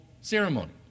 ceremony